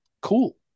Cool